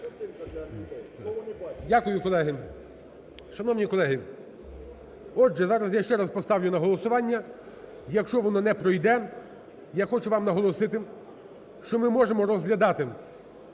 Дякую, колеги. Шановні колеги, отже, зараз я ще раз поставлю на голосування. Якщо воно не пройде, я хочу вам наголосити, що ми можемо розглядати